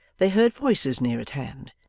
they heard voices near at hand,